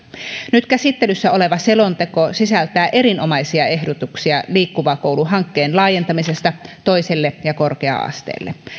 nyt käsittelyssä oleva selonteko sisältää erinomaisia ehdotuksia liikkuva koulu hankkeen laajentamisesta toiselle ja korkea asteelle